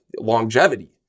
longevity